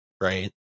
Right